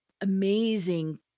amazing